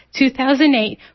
2008